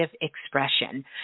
expression